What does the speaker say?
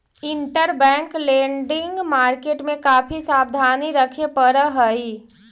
interbank lending market में काफी सावधानी रखे पड़ऽ हई